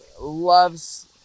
loves